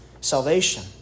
salvation